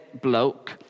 bloke